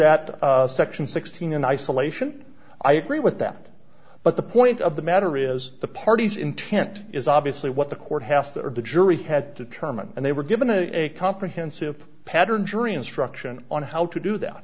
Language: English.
that section sixteen in isolation i agree with that but the point of the matter is the parties intent is obviously what the court has that the jury had determined and they were given a comprehensive pattern jury instruction on how to do that